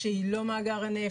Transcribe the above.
כשהיא לא מאגר הנפט.